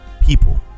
people